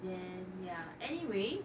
then ya anyway